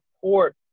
support